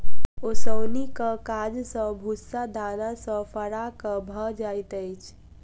ओसौनीक काज सॅ भूस्सा दाना सॅ फराक भ जाइत अछि